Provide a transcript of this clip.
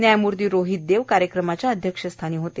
न्यायमूर्ती रोहीत देव कार्यक्रमाच्या अध्यक्षस्थानी होते